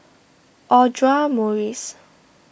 Audra Morrice